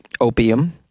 opium